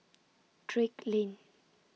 Drake Lane